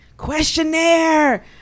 Questionnaire